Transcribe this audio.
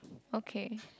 okay